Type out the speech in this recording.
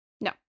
No